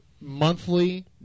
monthly